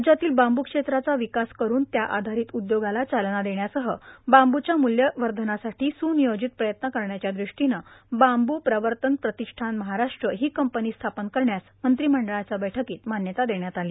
राज्यातील बांबू क्षेत्राचा विकास करून त्या आधारित उद्योगाला चालना देण्यासह बांबूच्या मूल्यवर्धनासाठी सुनियोजित प्रयत्न करण्याच्या दृष्टीनं बांबू प्रवर्तन प्रतिष्ठान महाराष्ट्र ही कंपनी स्थापन करण्यास मंत्रिमंडळाच्या बैठकीत मान्यता देण्यात आली